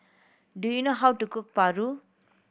do you know how to cook paru